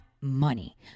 Money